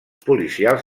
policials